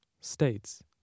states